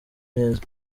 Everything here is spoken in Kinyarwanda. neza